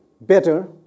better